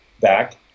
back